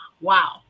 Wow